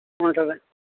ఉంటుందా